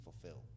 fulfill